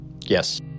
Yes